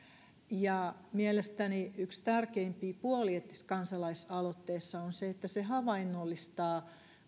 mielestäni yksi tärkeimpiä puolia tässä kansalaisaloitteessa on se että se havainnollistaa